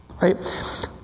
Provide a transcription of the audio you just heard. right